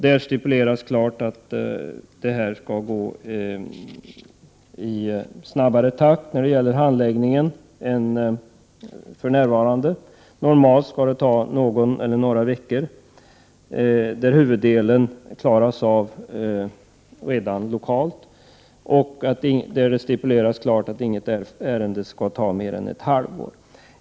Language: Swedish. Det stipuleras klart att handläggningstiderna skall bli kortare än för närvarande. Normalt skall handläggningen ta någon eller några veckor. Huvuddelen av fallen skall klaras av lokalt, och inget ärende skall, stipuleras det klart, ta mer än ett halvår.